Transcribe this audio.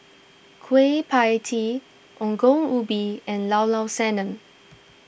Kueh Pie Tee Ongol Ubi and Llao Llao Sanum